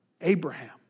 Abraham